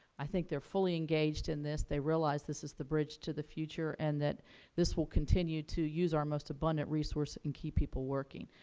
i think they are fully engaged in this. they realize this is the bridge to the future, and that this will continue to use our most abundant resource and keep people working.